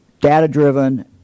data-driven